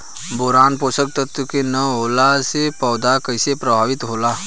Boron पोषक तत्व के न होला से पौधा कईसे प्रभावित होला?